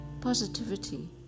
positivity